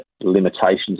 limitations